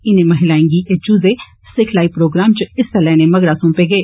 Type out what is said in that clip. इनें महिलाएं गी एह् चुजे सिखलाई प्रोग्राम च हिस्सा लैने मगरा सौपे गे